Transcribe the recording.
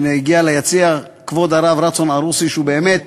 הנה, הגיע ליציע כבוד הרב רצון ערוסי, שהוא באמת